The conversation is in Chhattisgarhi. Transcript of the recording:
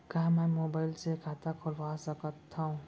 का मैं मोबाइल से खाता खोलवा सकथव?